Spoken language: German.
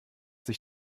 sich